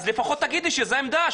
אז לפחות תגידי שזו העמדה,